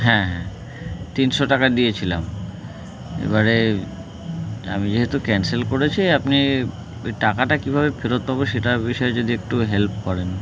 হ্যাঁ হ্যাঁ তিনশো টাকা দিয়েছিলাম এবারে আমি যেহেতু ক্যান্সেল করেছি আপনি ওই টাকাটা কীভাবে ফেরত পাবো সেটা বিষয়ে যদি একটু হেল্প করেন